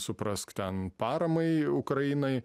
suprask ten paramai ukrainai